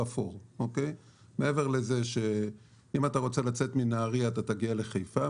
אם אתה רוצה לצאת מנהרייה אתה תגיע לחיפה,